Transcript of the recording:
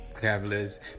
Cavaliers